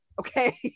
Okay